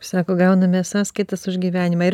sako gauname sąskaitas už gyvenimą ir